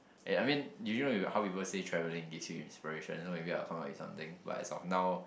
eh I mean you know you how people say travelling gives you inspiration so maybe I will come out with something like as of now